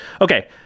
Okay